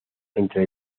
entre